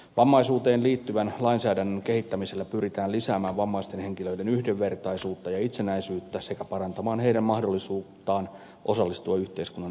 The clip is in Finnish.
vammaisuuteen liittyvän lainsäädännön kehittämisellä pyritään lisäämään vammaisten henkilöiden yhdenvertaisuutta ja itsenäisyyttä sekä parantamaan heidän mahdollisuuttaan osallistua yhteiskunnan eri toimintoihin